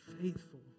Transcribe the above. faithful